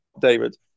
David